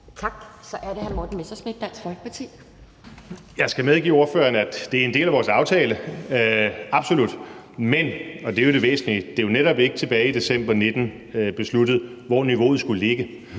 Kl. 12:34 Morten Messerschmidt (DF): Jeg skal medgive ordføreren, at det er en del af vores aftale – absolut. Men, og det er jo det væsentlige, det blev netop ikke tilbage i december 2019 besluttet, hvor niveauet skulle ligge.